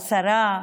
שר או שרה,